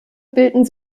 bilden